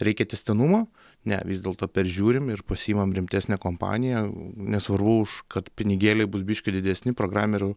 reikia tęstinumo ne vis dėlto peržiūrim ir pasiimam rimtesnę kompaniją nesvarbu kad pinigėliai bus biški didesni programerių